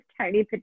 tiny